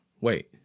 Wait